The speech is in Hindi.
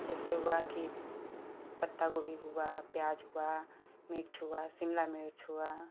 जैसे हुआ कि पत्तागोभी हुआ प्याज हुआ मिर्च हुआ शिमला मिर्च हुआ